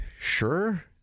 sure